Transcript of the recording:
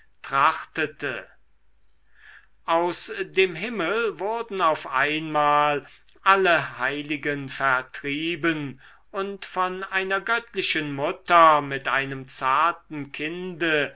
aus dem himmel wurden auf einmal alle heiligen vertrieben und von einer göttlichen mutter mit einem zarten kinde